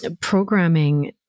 programming